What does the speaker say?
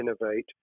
innovate